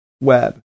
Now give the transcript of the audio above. web